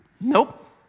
Nope